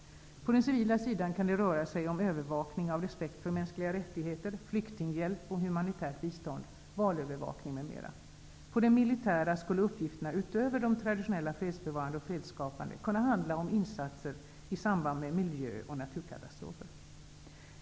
På den civila sidan kan det röra sig om övervakning av att respekten för mänskliga rättigheter efterlevs, flyktinghjälp och humanitärt bistånd, valövervakning m.m. På den militära sidan skulle uppgifterna, utöver de traditionella fredsbevarande och fredsskapande, kunna gälla insatser i samband med miljö och naturkatastrofer.